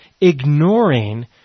ignoring